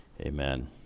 Amen